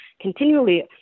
continually